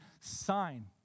sign